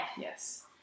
Yes